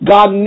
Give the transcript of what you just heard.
God